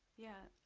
yeah,